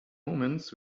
omens